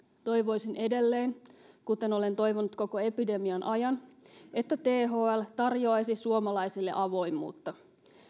toivoisin edelleen kuten olen toivonut koko epidemian ajan että thl tarjoaisi suomalaisille avoimuutta